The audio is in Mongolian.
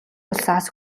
улсаас